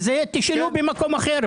תשאלו במקום אחר,